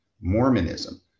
Mormonism